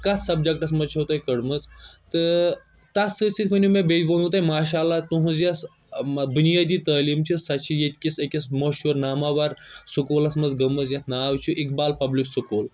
کتھ سبجیٚکٹس منٛز چھو تۄہہ کٔرمٕژ تہٕ تتھ سۭتۍ سۭتۍ ؤنِو مےٚ بیٚیہِ ووٚنو تۄہہِ ماشاہ اللہ تُہنٛز یۄس بُنیٲدی تعلیٖم چھِ سۄچھِ ییٚتہِ کِس أکِس مشہوٗر ناماوار سکوٗلس منٛز گٔمٕژ یَتھ ناو چھُ اقبال پبلک سکوٗل